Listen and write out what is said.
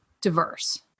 diverse